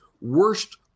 worst